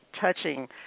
touching